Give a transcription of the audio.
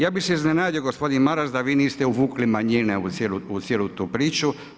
Ja bih se iznenadio gospodine Maras da vi niste uvukli manjine u cijelu tu priču.